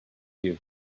you